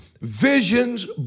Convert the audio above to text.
Visions